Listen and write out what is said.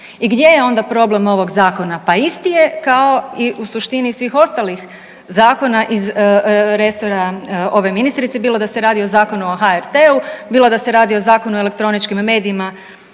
I gdje je onda problem ovog zakona? Pa isti je kao i u suštini svih ostalih zakona iz resora ove ministrice, bilo da se radi o Zakonu o HRT-u, bilo da se radi o Zakonu o elektroničkim medijima